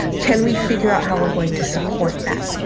can we figure out how we're going to support that?